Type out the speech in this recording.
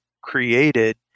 created